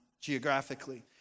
geographically